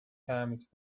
times